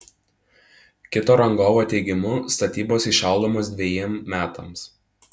kito rangovo teigimu statybos įšaldomos dvejiem metams